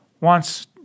wants